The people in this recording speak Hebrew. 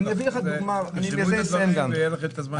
בכלל, אגב, נורא בריא להיות טבעוני או צמחוני.